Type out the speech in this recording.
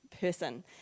person